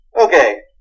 Okay